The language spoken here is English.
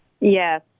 Yes